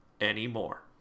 anymore